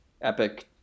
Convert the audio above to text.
epic